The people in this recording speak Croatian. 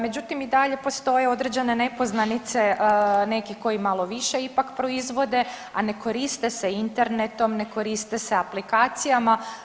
Međutim i dalje postoje određene nepoznanice neki koji ipak malo više proizvode, a ne koriste se internetom, ne koriste se aplikacijama.